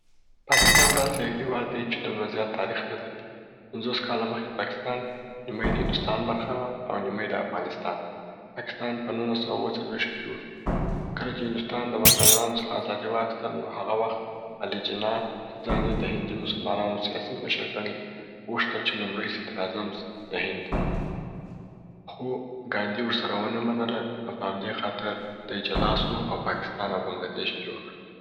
پاکستان داسي یو هیواد دی چې دومره زیات تاریخ نه لري. پنځوس کاله مخکي پاکستان نیمی د هندوستان برخه وه او نیمی د افغانستان. پاکستان په نولس سوه او اووه څلوېشت کي جوړ سو. کله چي هندوستان د برتانویانو څخه ازادي واخیستل نو هغه وخت علي جناه چي ځان یې د هندي مسلمانانو سیاسي مشر ګڼۍ، غوښتل چي لومړی صدراعظم سي د هند خو ګاندي ور سره و نه منله په همدې خاطر دی جلا سو او پاکستان او بنګله دیش یې جوړ کړه.